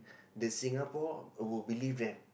the Singapore will believe them